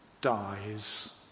dies